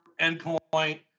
endpoint